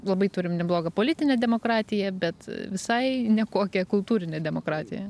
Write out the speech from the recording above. labai turim neblogą politinę demokratiją bet visai nekokią kultūrinę demokratiją